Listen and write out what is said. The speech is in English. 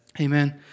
Amen